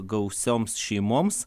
gausioms šeimoms